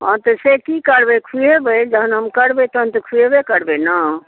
हाँ तऽ से की करबै खुएबै जहन हम करबै तहन तऽ खुएबे करबै ने